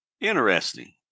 Interesting